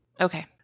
Okay